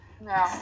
No